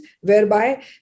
whereby